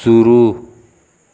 शुरू